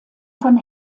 von